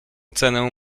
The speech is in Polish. cenę